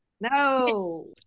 No